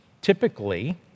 typically